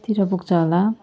तिर पुग्छ होला